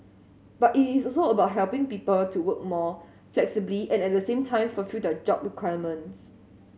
but it is also about helping people to work more flexibly and at the same time fulfil their job requirements